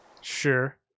Sure